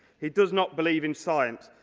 he does not believe in science,